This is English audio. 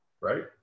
right